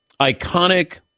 iconic